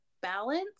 balance